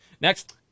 next